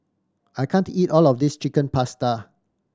I can't eat all of this Chicken Pasta